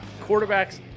quarterbacks